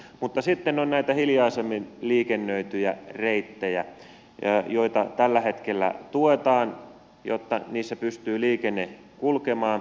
mutta sitten on näitä hiljaisemmin liikennöityjä reittejä joita tällä hetkellä tuetaan jotta niillä pystyy liikenne kulkemaan